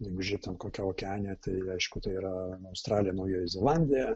jeigu žiūrėtume kokią okeaniją tai aišku tai yra australija naujoji zelandija